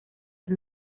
but